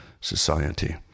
society